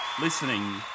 listening